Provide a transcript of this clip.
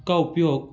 का उपयोग